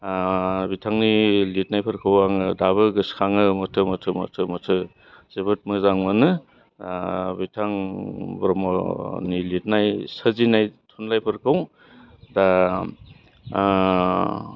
बिथांनि लिरनायफोरखौ आङो दाबो गोसखाङो मोथो मोथो मोथो मोथो जोबोद मोजां मोनो बिथां ब्रह्मनि लिरनाय सोरजिनाय थुनलाइफोरखौ दा